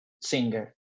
singer